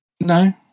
no